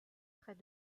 près